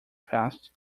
fast